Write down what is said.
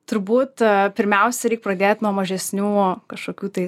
turbūt pirmiausia reik pradėt nuo mažesnių kažkokių tai